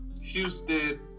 Houston